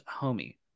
homie